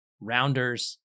Rounders